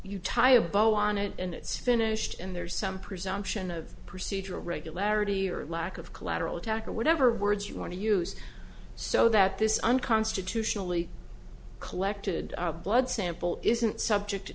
you tie a bow on it and it's finished and there's some presumption of procedural regularity or lack of collateral attack or whatever words you want to use so that this unconstitutionally collected blood sample isn't subject to